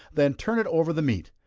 then turn it over the meat.